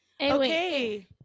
Okay